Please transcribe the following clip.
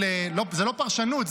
זאת לא פרשנות,